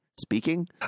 speaking